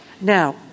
Now